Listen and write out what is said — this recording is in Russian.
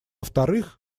вторых